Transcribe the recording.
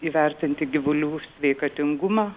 įvertinti gyvulių sveikatingumą